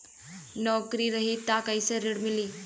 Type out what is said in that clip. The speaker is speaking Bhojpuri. नौकरी रही त कैसे ऋण मिली?